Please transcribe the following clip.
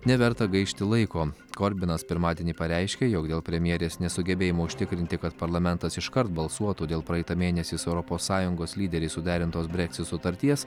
neverta gaišti laiko korbinas pirmadienį pareiškė jog dėl premjerės nesugebėjimo užtikrinti kad parlamentas iškart balsuotų dėl praeitą mėnesį su europos sąjungos lyderiais suderintos breksit sutarties